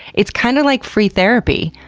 it's kind of like free therapy.